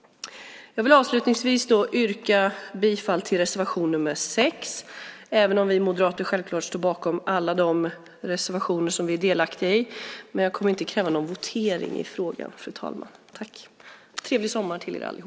Jag yrkar bifall till reservation 6, men vi moderater står självklart bakom alla de reservationer där vi finns med, men jag kommer inte att kräva någon votering med rösträkning i frågan. Trevlig sommar till er alla!